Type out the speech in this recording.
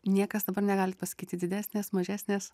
niekas dabar negalit pasakyti didesnės mažesnės